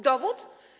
Dowód?